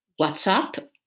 WhatsApp